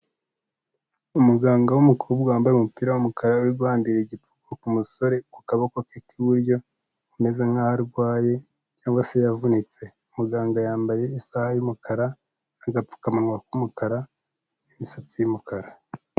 Umuganga w'umukobwa wambaye umupira w'umukara, uri guhahambira igipfuko ku musore ku kaboko ke k'iburyo, ameze nk'aho arwaye cyangwa se yavunitse. Muganga yambaye isaha y'umukara, agapfukamunwa k'umukara n'imisatsi y'umukara.